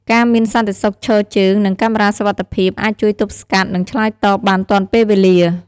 ការមានសន្តិសុខឈរជើង និងកាមេរ៉ាសុវត្ថិភាពអាចជួយទប់ស្កាត់ និងឆ្លើយតបបានទាន់ពេលវេលា។